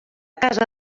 casa